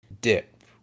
dip